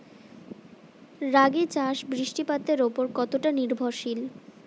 রাগী চাষ বৃষ্টিপাতের ওপর কতটা নির্ভরশীল?